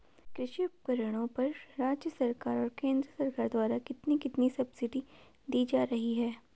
कृषि उपकरणों पर राज्य सरकार और केंद्र सरकार द्वारा कितनी कितनी सब्सिडी दी जा रही है?